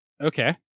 Okay